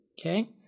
okay